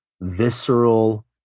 visceral